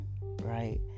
right